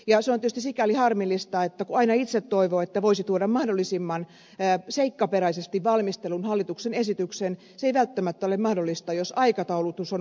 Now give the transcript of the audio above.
se on tietysti sikäli harmillista että kun aina itse toivoo että voisi tuoda mahdollisimman seikkaperäisesti valmistellun hallituksen esityksen se ei välttämättä ole mahdollista jos aikataulutus on ollut hyvin tiukka